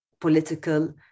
political